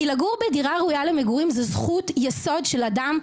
כי לגור בדירה ראויה למגורים זו זכות יסוד של כל אדם,